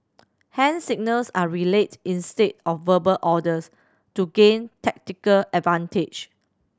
hand signals are relayed instead of verbal orders to gain tactical advantage